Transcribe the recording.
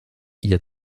ihr